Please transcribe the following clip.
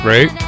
Right